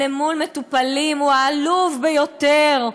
למול מטופלים הוא העלוב ביותר,